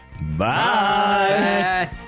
Bye